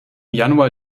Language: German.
januar